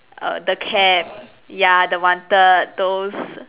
err the cab ya the wanted those